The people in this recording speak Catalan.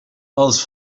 els